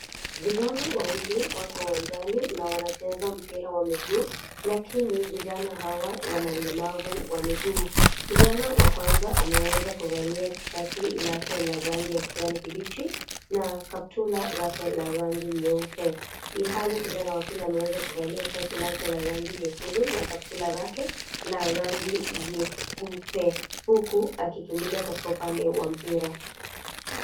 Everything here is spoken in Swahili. Vijana wawili wako uwanjani na wanacheza mpira wa miguu, lakini vijana hawa wanaulemavu wa miguu. Kijana wa kwanza ameweza kuvalia tishati lake la rangi ya kijani kibichi na kaptura lake la rangi nyeupe, ilhali kijana wa pili ameweza kuvalia shati lake la rangi nyekundu na kaptura lake la rangi ya nyeupe huku akikimbilia katika upande wa mpira.